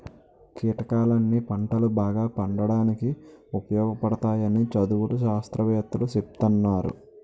కీటకాలన్నీ పంటలు బాగా పండడానికి ఉపయోగపడతాయని చదువులు, శాస్త్రవేత్తలూ సెప్తున్నారు